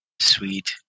Sweet